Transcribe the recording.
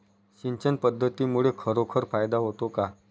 सिंचन पद्धतीमुळे खरोखर फायदा होतो का?